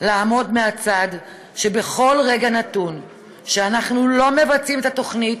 לעמוד מהצד כשבכל רגע שאנחנו לא מבצעים את התוכנית